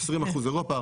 20% אירופה,